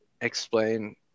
explain